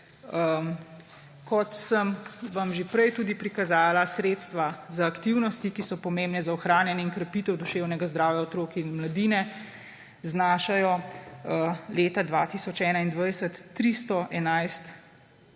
Kot sem vam že prej tudi prikazala, sredstva za aktivnosti, ki so pomembne za ohranjanje in krepitev duševnega zdravja otrok in mladine, znašajo leta 2021 311